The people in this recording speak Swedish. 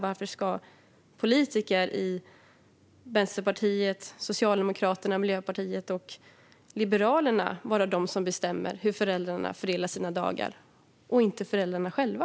Varför ska politiker i Vänsterpartiet, Socialdemokraterna, Miljöpartiet och Liberalerna bestämma hur föräldrarna fördelar sina dagar och inte föräldrarna själva?